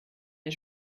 der